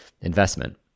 investment